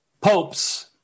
popes